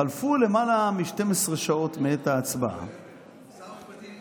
חלפו למעלה מ-12 שעות מעת ההצבעה --- שר המשפטים,